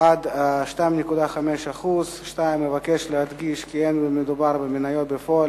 עד 2.5%; 2. אבקש להדגיש כי אין מדובר במניות בפועל